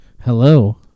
Hello